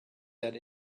that